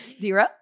zero